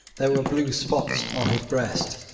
there were blue spots on his breast,